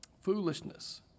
foolishness